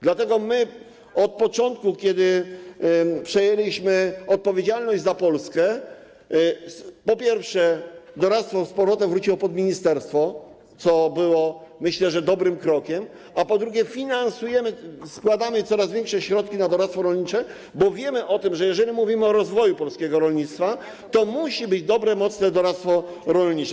Dlatego od początku, kiedy przejęliśmy odpowiedzialność za Polskę, po pierwsze, doradztwo wróciło pod ministerstwo, co było, myślę, dobrym krokiem, a po drugie, finansujemy, przeznaczamy coraz większe środki na doradztwo rolnicze, bo wiemy o tym, że jeżeli mówimy o rozwoju polskiego rolnictwa, to musi być dobre, mocne doradztwo rolnicze.